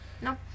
no